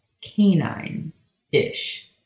canine-ish